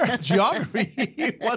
Geography